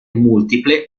multiple